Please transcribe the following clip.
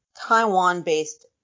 Taiwan-based